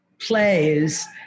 plays